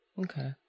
Okay